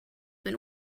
been